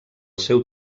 seu